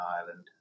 Ireland